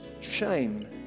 shame